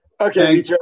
Okay